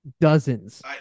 Dozens